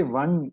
one